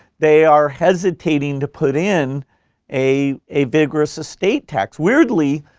they are hesitating to put in a a vigorous estate tax. weirdly,